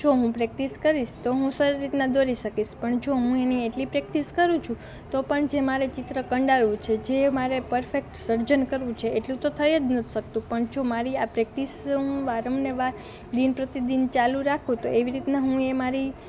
જો હું પ્રેક્ટિસ કરીશ તો હું સારી રીતનાં દોરી શકીશ પણ જો હું એની એટલી પ્રેક્ટિસ કરું છું તો પણ જે મારે ચિત્ર કંડારવું છે જે મારે પરફેક્ટ સર્જન કરવું છે એટલું તો થઈ જ નથી શકતું પણ જો મારી આ પ્રેક્ટિસ હું વારંવાર ને દિન પ્રતિદિન ચાલું રાખું તો એવી રીતનાં હું એ મારી